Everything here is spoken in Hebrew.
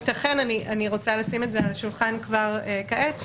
אני רוצה לשים על השולחן כבר כעת,